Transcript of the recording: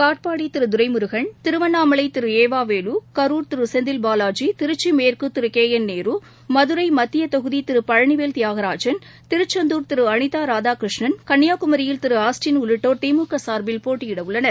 காட்பாடி திரு துரைமுருகன் திருவண்ணாமலை திரு ஏ வ வேலு கரூர் திரு செந்தில் பாலாஜி திருச்சி மேற்கு திரு கே என் நேரு மதுரை மத்திய தொகுதி திரு பழனிவேல் தியாகராஜன் திருச்செந்தூர் திரு அனிதா ராதாகிருஷ்ணன் கன்னியாகுமரியில் திரு ஆஸ்டின் உள்ளிட்டோர் திமுக சார்பில் போட்டியிடவுள்ளனர்